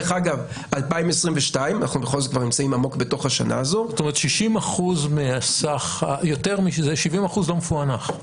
זאת אומרת ש-70% לא מפוענח.